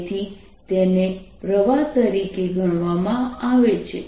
તેથી તેને પ્રવાહ તરીકે ગણવામાં આવે છે